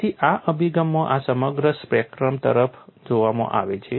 તેથી આ અભિગમમાં આ સમગ્ર સ્પેક્ટ્રમ તરફ જોવામાં આવે છે